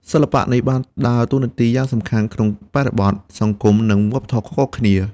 សិល្បៈនេះបានដើរតួនាទីយ៉ាងសំខាន់ក្នុងបរិបទសង្គមនិងវប្បធម៌ខុសៗគ្នា។